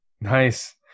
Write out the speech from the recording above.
nice